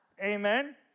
Amen